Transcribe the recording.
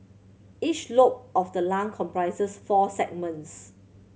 each lobe of the lung comprises four segments